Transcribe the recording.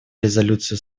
резолюции